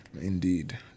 Indeed